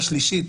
השלישית,